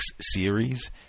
series